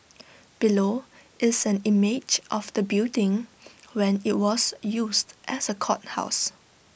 below is an image of the building when IT was used as A courthouse